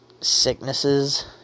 sicknesses